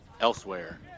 elsewhere